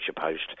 Post